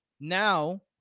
Now